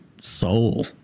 soul